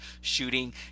shooting